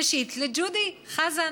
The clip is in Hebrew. ראשית, לג'ודי חזן,